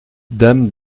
dame